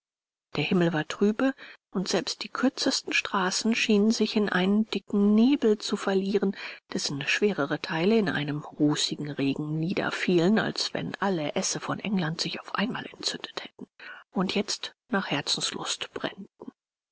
der himmel war trübe und selbst die kürzesten straßen schienen sich in einen dicken nebel zu verlieren dessen schwerere teile in einem rußigen regen niederfielen als wenn alle essen von england sich auf einmal entzündet hätten und jetzt nach herzenslust brennten